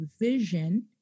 vision